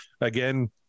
Again